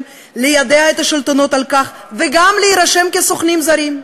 ליידע את השלטונות על כך וגם להירשם כסוכנים זרים.